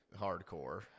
hardcore